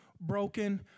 broken